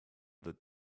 that